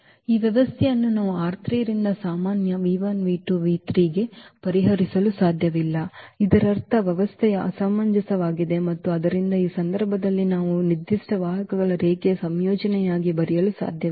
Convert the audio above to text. ಈ ವ್ಯವಸ್ಥೆಯನ್ನು ನಾವು ರಿಂದ ಸಾಮಾನ್ಯ ಗೆ ಪರಿಹರಿಸಲು ಸಾಧ್ಯವಿಲ್ಲ ಇದರರ್ಥ ವ್ಯವಸ್ಥೆಯು ಅಸಮಂಜಸವಾಗಿದೆ ಮತ್ತು ಆದ್ದರಿಂದ ಈ ಸಂದರ್ಭದಲ್ಲಿ ನಾವು ಈ ನಿರ್ದಿಷ್ಟ ವಾಹಕಗಳ ರೇಖೀಯ ಸಂಯೋಜನೆಯಾಗಿ ಬರೆಯಲು ಸಾಧ್ಯವಿಲ್ಲ